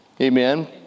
amen